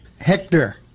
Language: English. Hector